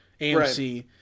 AMC